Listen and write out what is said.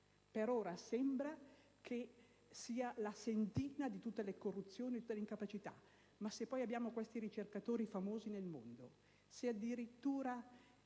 Per ora, sembra sia la sentina di tutte le corruzioni e incapacità. Ma se abbiamo ricercatori famosi nel mondo, se addirittura